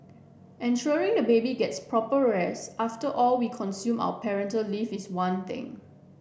ensuring the baby gets proper race after all we consume our parental leave is one thing